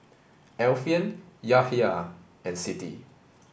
Alfian Yahya and Siti